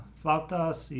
flautas